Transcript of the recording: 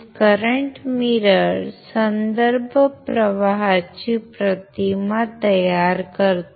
current आरसा संदर्भ प्रवाहाची प्रतिमा तयार करतो